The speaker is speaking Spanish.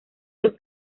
dos